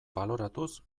baloratuz